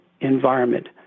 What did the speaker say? environment